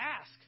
ask